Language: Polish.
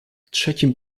trzecim